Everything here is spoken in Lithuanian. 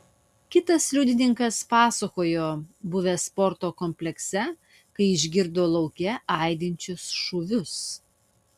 kitas liudininkas pasakojo buvęs sporto komplekse kai išgirdo lauke aidinčius šūvius